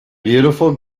beautiful